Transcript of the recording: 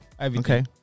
Okay